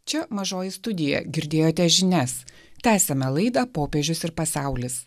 čia mažoji studija girdėjote žinias tęsiame laidą popiežius ir pasaulis